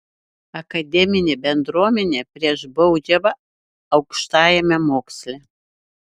akademinė bendruomenė prieš baudžiavą aukštajame moksle